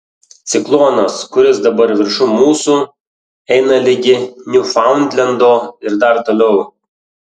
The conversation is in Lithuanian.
ciklonas kuris dabar viršum mūsų eina ligi niūfaundlendo ir dar toliau